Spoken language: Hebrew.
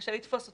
קשה לתפוס אותו.